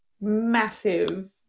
massive